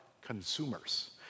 Consumers